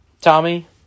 Tommy